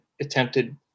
attempted